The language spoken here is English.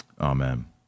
Amen